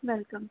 welcome